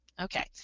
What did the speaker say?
Okay